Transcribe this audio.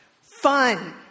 fun